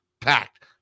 packed